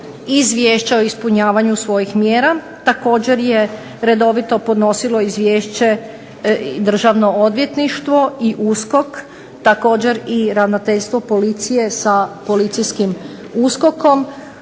izvješća o ispunjavanju svojih mjera. Također je redovito podnosilo izvješće Državno odvjetništvo i USKOK, također i Ravnateljstvo policije sa policijskim USKOK-om